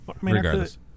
Regardless